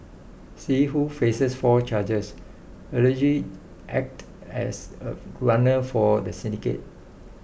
see who faces four charges allegedly acted as a runner for the syndicate